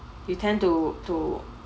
you tend to to